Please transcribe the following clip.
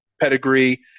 pedigree